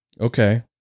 okay